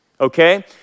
okay